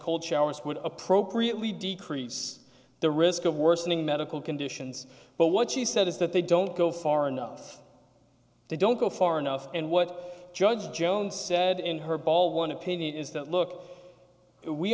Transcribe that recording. cold showers would appropriately decrease the risk of worsening medical conditions but what she said is that they don't go far enough they don't go far enough and what judge jones said in her ball one opinion is that look we